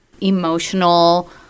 emotional